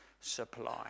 supply